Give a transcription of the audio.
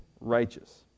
righteous